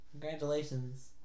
Congratulations